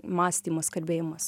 mąstymas kalbėjimas